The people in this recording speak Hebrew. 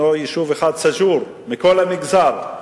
ישנו יישוב אחד, סאג'ור, מכל המגזר,